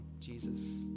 Jesus